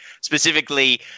Specifically